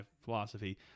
philosophy